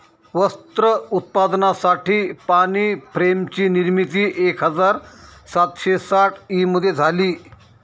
वस्त्र उत्पादनासाठी पाणी फ्रेम ची निर्मिती एक हजार सातशे साठ ई मध्ये झाली